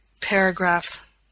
paragraph